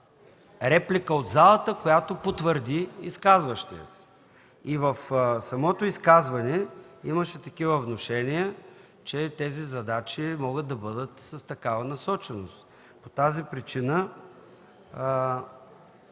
(реплика от ГЕРБ), която потвърди изказващият. В самото изказване имаше внушения, че тези задачи могат да бъдат с такава насоченост. По тази причина